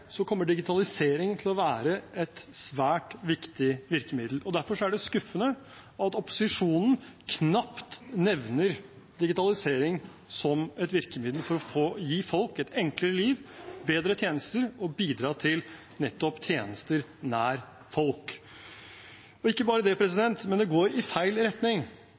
Så er vi uenige om hvor gode tjenestene er, og f.eks. om hvordan byråkrati skal reduseres. Noen mener sågar at detaljstyring gir mindre byråkrati enn målstyring, f.eks. Skal vi oppnå gode tjenester, kommer digitalisering til å være et svært viktig virkemiddel. Derfor er det skuffende at opposisjonen knapt nevner digitalisering som et virkemiddel for å gi folk et enklere liv, bedre tjenester